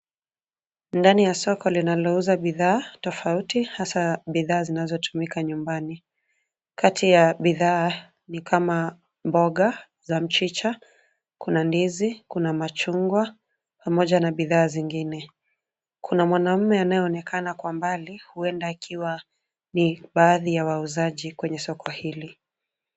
Ndani ya soko linalouza bidhaa tofauti, hasa bidhaa zinazotumika nyumbani. Kati ya bidhaa ni kama mboga za mchicha, kuna ndizi, kuna machungwa pamoja na bidhaa nyingine. Kuna mwanamume anayeonekana Kwa mbali, huenda akiwa ni baadhi ya wauzaji kwenye soko hili.